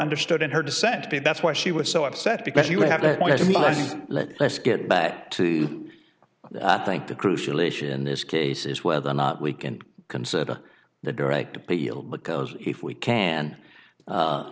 understood in her dissent to be that's why she was so upset because you have to let let's get back to i think the crucial issue in this case is whether or not we can consider the direct appeal because if we can